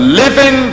living